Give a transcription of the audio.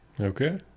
Okay